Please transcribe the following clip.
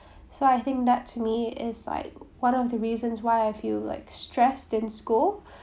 so I think that to me is like one of the reasons why I feel like stressed in school